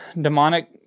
demonic